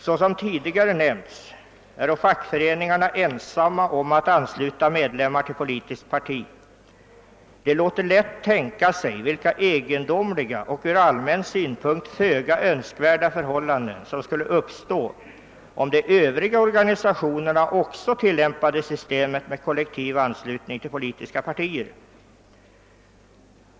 ——— Såsom tidigare nämnts äro fackföreningarna ensamma om att ansluta sina medlemmar till politiskt parti. Det låter lätt tänka sig vilka egendomliga och ur allmän synpunkt föga önskvärda förhållanden som skulle uppstå, om de övriga organisationerna också tillämpade systemet med kollektiv anslutning till politiska partier.